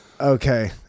Okay